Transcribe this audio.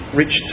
rich